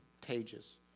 contagious